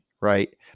right